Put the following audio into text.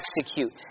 execute